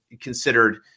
considered